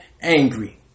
angry